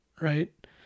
right